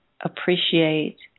appreciate